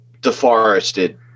deforested